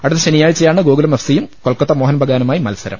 അടുത്ത് ശനിയാഴ്ചയാണ് Gokulam F C യും കൊൽക്കത്ത മോഹൻബഗാനുമായി മത്സരം